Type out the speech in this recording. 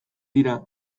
dira